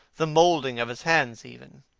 the moulding of his hands even.